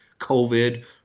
COVID